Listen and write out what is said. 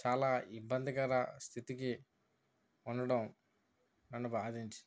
చాలా ఇబ్బందికర స్థితికి ఉండడం నన్ను భాదించింది